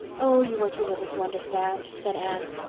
oh, you are too little to understand, said anne.